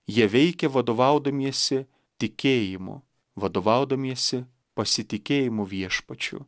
jie veikė vadovaudamiesi tikėjimu vadovaudamiesi pasitikėjimu viešpačiu